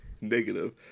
negative